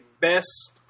best